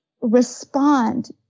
respond